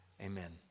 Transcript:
amen